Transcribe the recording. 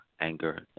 anger